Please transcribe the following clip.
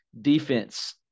defense